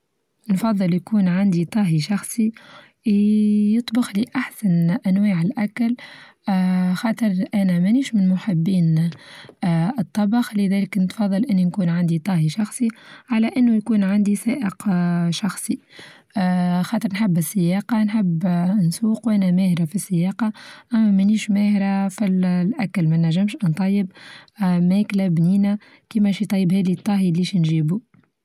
نفظل يكون عندي طاهي شخصي يطبخ لي أحسن أنواع الأكل خاطر أنا مانيش محبين آآ الطبخ، لذلك كنت نفظل إني يكون عندي طاهي شخصي على أنو يكون عندي سائق آآ شخصي، آآ خاطر نحب السياقة نحب آآ نسوق وأنا ماهرة في السياقة أنا مانيش ماهرة في الأكل مانچمش نطيب آآ ماكلة بنينة كيماش يطيب هاذى الطهى اللى نچيبو.